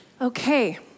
Okay